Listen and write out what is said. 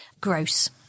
gross